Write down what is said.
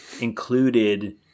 included